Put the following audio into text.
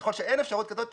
ככל שאין אפשרות כזאת,